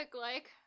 like-